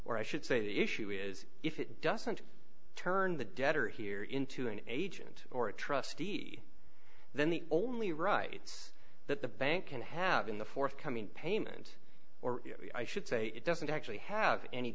or i should say the issue is if it doesn't turn the debtor here into an agent or a trustee then the only rights that the bank can have in the forthcoming payment or i should say it doesn't actually have any